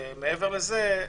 מעבר לזה,